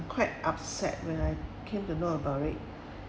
quite upset when I came to know about it